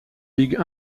ligue